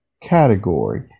category